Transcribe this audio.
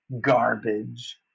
garbage